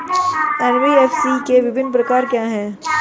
NBFC के विभिन्न प्रकार क्या हैं?